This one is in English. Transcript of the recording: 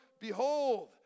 Behold